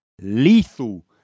lethal